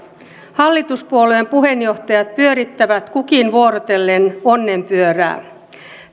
hallituspuolueen puheenjohtajat pyörittävät kukin vuorotellen onnenpyörää